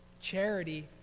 Charity